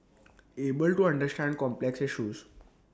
able to understand complex issues